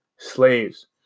slaves